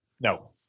No